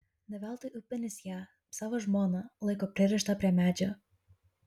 ne veltui upinis ją savo žmoną laiko pririštą prie medžio